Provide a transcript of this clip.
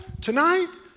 tonight